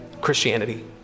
Christianity